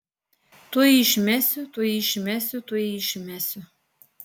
tuoj jį išmesiu tuoj jį išmesiu tuoj jį išmesiu